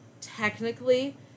technically